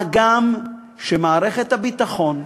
מה גם שמערכת הביטחון,